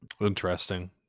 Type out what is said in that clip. interesting